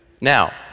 now